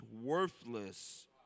worthless